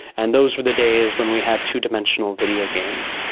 and those were the days when we had two-dimensional video games.